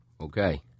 Okay